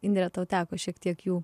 indrė tau teko šiek tiek jų